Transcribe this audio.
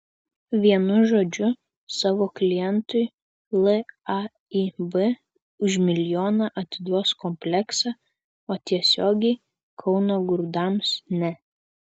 vienu žodžiu savo klientui laib už milijoną atiduos kompleksą o tiesiogiai kauno grūdams ne